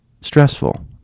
Stressful